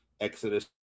Exodus